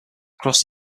across